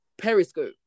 periscope